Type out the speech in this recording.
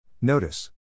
Notice